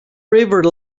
river